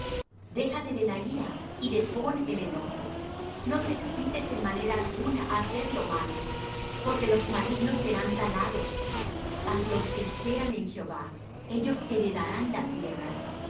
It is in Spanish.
déjate de la ira y depón el enojo no te excites en manera alguna á hacer lo malo porque los malignos serán talados mas los que esperan en jehová ellos heredarán la tierra